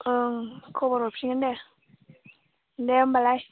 ओं खबर हरफिनगोन दे दे होनबालाय